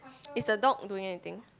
is the dog doing anything